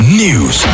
news